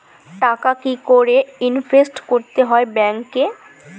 টাকা কি করে ইনভেস্ট করতে হয় ব্যাংক এ?